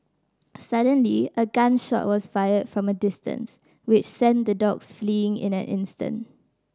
suddenly a gun shot was fired from a distance which sent the dogs fleeing in an instant